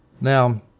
Now